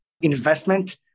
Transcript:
investment